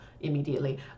immediately